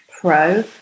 Pro